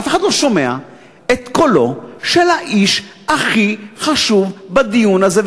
אף אחד לא שומע את קולו של האיש הכי חשוב בדיון הזה,